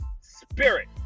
Spirit